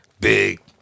Big